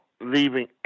leaving